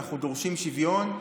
ואנחנו דורשים שוויון.